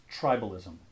tribalism